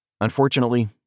Unfortunately